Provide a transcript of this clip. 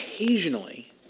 Occasionally